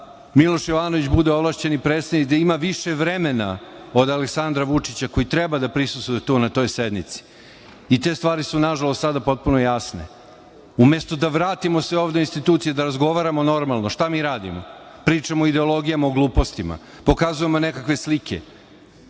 Miloš Jovanović bude ovlašćeni predstavnik, da ima više vremena od Aleksandra Vučića, koji treba da prisustvuje tu na toj sednici. Te stvari su, nažalost, sada potpuno jasne. Umesto da vratimo sve ovde institucije, da razgovaramo normalno, šta mi radimo? Pričamo o ideologijama, o glupostima, pokazujemo nekakve slike.